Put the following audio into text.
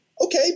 okay